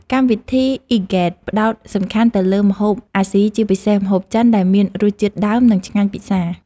កម្មវិធីអ៊ីហ្គេត ផ្ដោតសំខាន់ទៅលើម្ហូបអាស៊ីជាពិសេសម្ហូបចិនដែលមានរសជាតិដើមនិងឆ្ងាញ់ពិសា។